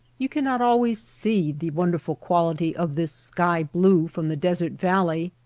you cannot always see the wonderful quality of this sky-blue from the desert valley,